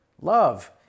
Love